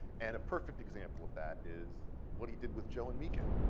and a perfect example of that is what he did with joe and mika.